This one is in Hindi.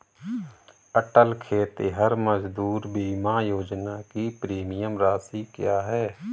अटल खेतिहर मजदूर बीमा योजना की प्रीमियम राशि क्या है?